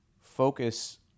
focus